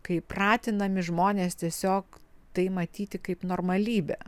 kai pratinami žmonės tiesiog tai matyti kaip normalybę